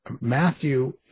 Matthew